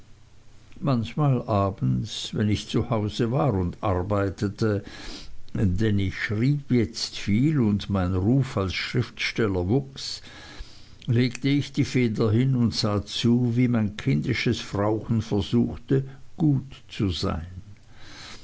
manchmal abends wenn ich zu hause war und arbeitete denn ich schrieb jetzt viel und mein ruf als schriftsteller wuchs legte ich die feder hin und sah zu wie mein kindisches frauchen versuchte gut zu sein